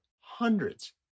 hundreds